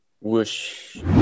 Whoosh